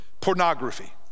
Pornography